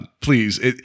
Please